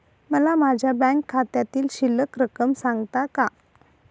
मला माझ्या बँक खात्यातील शिल्लक रक्कम सांगता का?